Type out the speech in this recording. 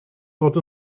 fod